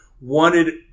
wanted